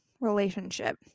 relationship